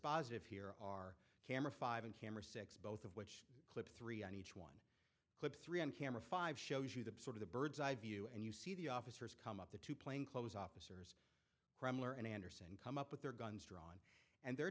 dispositive here are camera five and camera six both of which clip three on each one clip three on camera five shows you the sort of the bird's eye view and you see the officers come up the two plainclothes officers kremlin anderson come up with their guns drawn and they're